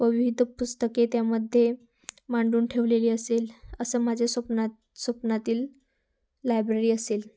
व विविध पुस्तके त्यामध्ये मांडून ठेवलेली असेल असं माझ्या स्वप्नात स्वप्नातील लायब्ररी असेल